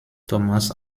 thomas